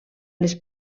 les